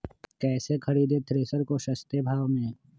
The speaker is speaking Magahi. कैसे खरीदे थ्रेसर को सस्ते भाव में?